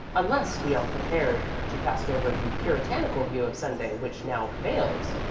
unless we are prepared to cast over the puritanical view of sunday which now prevails.